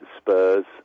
Spurs